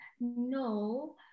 no